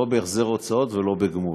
לא בהחזר הוצאות ולא בגמול.